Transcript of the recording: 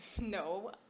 No